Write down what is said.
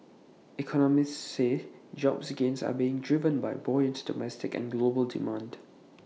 economists say job gains are being driven by buoyant domestic and global demand